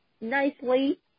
nicely